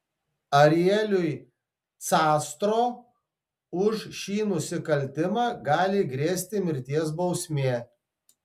arieliui castro už šį nusikaltimą gali grėsti mirties bausmė